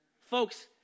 Folks